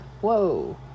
Whoa